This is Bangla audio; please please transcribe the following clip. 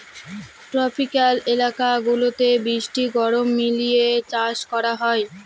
ট্রপিক্যাল এলাকা গুলাতে বৃষ্টি গরম মিলিয়ে চাষ করা হয়